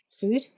food